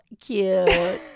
cute